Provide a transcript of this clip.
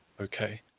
Okay